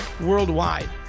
worldwide